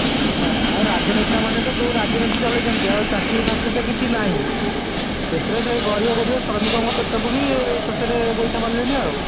ଆଚ୍ଛା ଆଉ ରାଜନେତାମାନେ ତ ଯେଉଁ ରାଜନୀତି ଚଳେଇଛନ୍ତି ଆଉ ଚାକିରି ଫାକିରି ତ କିଛି ନାହିଁ ସେଥିରେ ସେ ଗରିବ ଗୁରୁବା ଶ୍ରମିକଙ୍କ ପେଟକୁ ବି ଶେଷରେ ଗୋଇଠା ମାରିଲେଣି ଆଉ